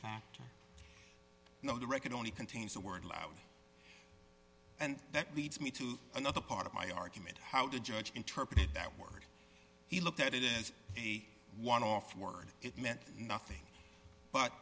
factor no the record only contains the word loud and that leads me to another part of my argument how the judge interpreted that word he looked at it is a one off word it meant nothing but